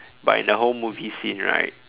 but in the whole movie scene right